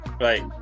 Right